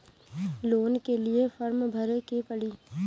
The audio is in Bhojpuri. लोन के लिए फर्म भरे के पड़ी?